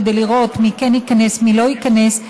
כדי לראות מי כן ייכנס ומי לא ייכנס,